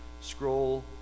scroll